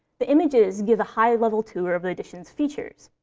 the images give a high-level tour of the edition's features.